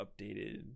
updated